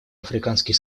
африканский